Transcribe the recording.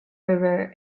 river